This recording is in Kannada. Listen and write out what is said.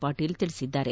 ಪಾಟೀಲ್ ತಿಳಿಸಿದ್ದಾರೆ